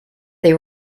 they